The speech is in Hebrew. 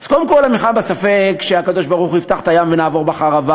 אז קודם כול המלחמה בספק שהקדוש-ברוך-הוא יפתח את הים ונעבור בחרבה,